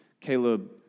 Caleb